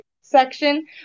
section